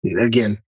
again